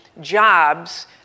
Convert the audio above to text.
jobs